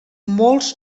molts